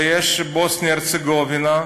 ויש בוסניה-הרצגובינה,